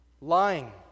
lying